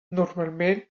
normalment